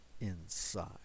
inside